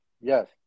Yes